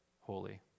holy